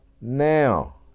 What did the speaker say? now